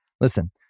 Listen